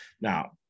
Now